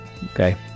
Okay